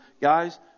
guys